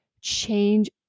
change